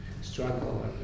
struggle